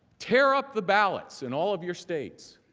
tear up the ballots in all of your states.